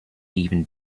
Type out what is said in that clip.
even